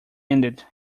ended